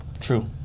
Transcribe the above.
True